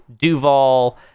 duval